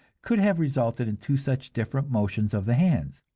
could have resulted in two such different motions of the hands.